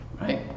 Right